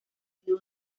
sido